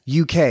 UK